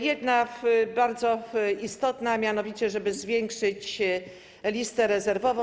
Jedna, bardzo istotna, a mianowicie żeby zwiększyć listę rezerwową.